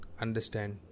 understand